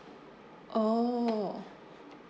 oh